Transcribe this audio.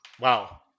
Wow